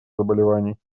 заболеваний